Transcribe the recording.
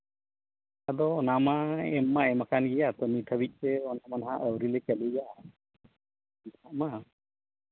ᱟᱫᱚ ᱚᱱᱟ ᱢᱟ ᱮᱢ ᱢᱟ ᱮᱢᱟᱠᱟᱱ ᱜᱮᱭᱟ ᱟᱫᱚ ᱱᱤᱛ ᱦᱟᱹᱵᱤᱡ ᱛᱮ ᱚᱱᱠᱟ ᱫᱚ ᱱᱟᱜ ᱟᱹᱣᱨᱤ ᱪᱟᱹᱞᱩᱭᱟ ᱱᱤᱛᱳᱜ ᱢᱟ